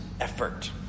effort